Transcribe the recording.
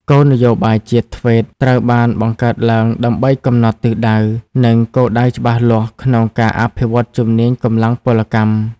គោលនយោបាយជាតិ ធ្វេត TVET ត្រូវបានបង្កើតឡើងដើម្បីកំណត់ទិសដៅ និងគោលដៅច្បាស់លាស់ក្នុងការអភិវឌ្ឍជំនាញកម្លាំងពលកម្ម។